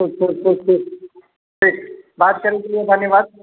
ठीक ठीक ठीक ठीक बात करने के लिए धन्यवाद